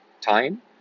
time